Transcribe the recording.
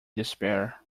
despair